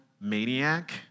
maniac